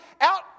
out